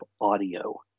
audio